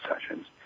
sessions